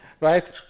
right